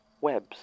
Webs